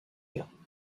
you